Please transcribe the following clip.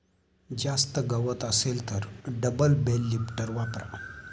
जास्त गवत असेल तर डबल बेल लिफ्टर वापरा